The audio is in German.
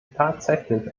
tatsächlich